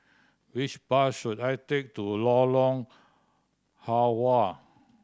which bus should I take to Lorong Halwa